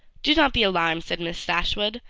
do not be alarmed, said miss dashwood,